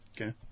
Okay